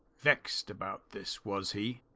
vexed about this was he?